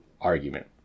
argument